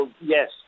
Yes